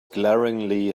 glaringly